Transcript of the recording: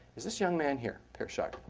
is this young man here, per schei. so